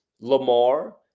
Lamar